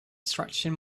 stretching